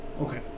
Okay